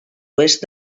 oest